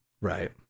right